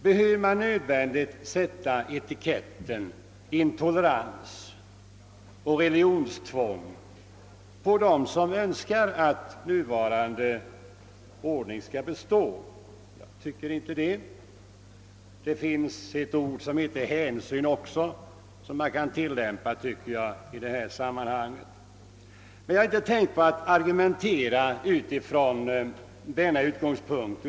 Behöver man nödvändigtvis använda uttrycken intolerans och religionstvång om dem som önskar att nuvarande ordning skall bestå? Jag tycker inte det. Det finns också ett ord som heter hänsyn, vilket man bör kunna tillämpa i detta sammanhang. Jag har emellertid inte tänkt argumentera från denna utgångspunkt.